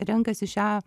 renkasi šią